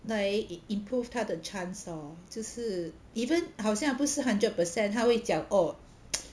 来 i~ im~ improve 他的 chance lor 就是 even 好像不是 hundred percent 他会讲 oh